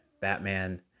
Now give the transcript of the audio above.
Batman